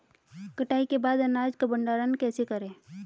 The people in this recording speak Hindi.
कटाई के बाद अनाज का भंडारण कैसे करें?